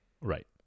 Right